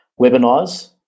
webinars